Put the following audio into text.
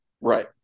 Right